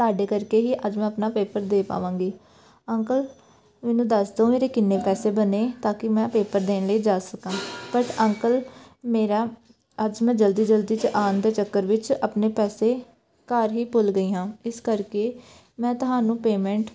ਤੁਹਾਡੇ ਕਰਕੇ ਹੀ ਅੱਜ ਮੈਂ ਆਪਣਾ ਪੇਪਰ ਦੇ ਪਾਵਾਂਗੀ ਅੰਕਲ ਮੈਨੂੰ ਦੱਸ ਦਿਓ ਮੇਰੇ ਕਿੰਨੇ ਪੈਸੇ ਬਣੇ ਤਾਂ ਕਿ ਮੈਂ ਪੇਪਰ ਦੇਣ ਲਈ ਜਾ ਸਕਾਂ ਬਟ ਅੰਕਲ ਮੇਰਾ ਅੱਜ ਮੈਂ ਜਲਦੀ ਜਲਦੀ 'ਚ ਆਉਣ ਦੇ ਚੱਕਰ ਵਿੱਚ ਆਪਣੇ ਪੈਸੇ ਘਰ ਹੀ ਭੁੱਲ ਗਈ ਹਾਂ ਇਸ ਕਰਕੇ ਮੈਂ ਤੁਹਾਨੂੰ ਪੇਮੈਂਟ